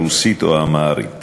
הרוסית והאמהרית